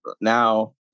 now